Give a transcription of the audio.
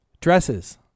Dresses